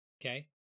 okay